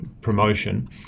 promotion